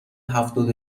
هفتاد